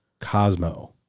Cosmo